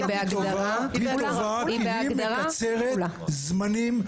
אני מותר לי לשאול את השאלות שלי, סליחה.